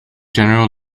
general